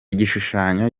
gishushanyo